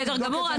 בסדר גמור,